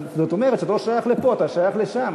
אז זאת אומרת שאתה לא שייך לפה, אתה שייך לשם.